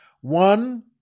One